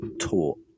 taught